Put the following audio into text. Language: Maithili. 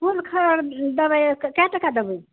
फूल ख देबै कै टका देबै